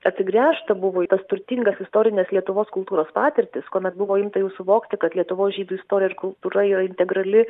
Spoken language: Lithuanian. atsigręžta buvo į tas turtingas istorines lietuvos kultūros patirtis kuomet buvo imta jau suvokti kad lietuvos žydų istorija ir kultūra jo integrali